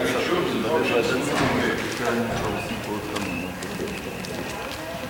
חוק ומשפט בדבר תיקון טעות בחוק אימוץ ילדים (תיקון מס' 8),